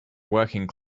working